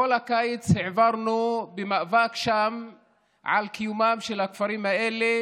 את כל הקיץ העברנו במאבק שם על קיומם של הכפרים האלה